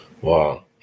Wow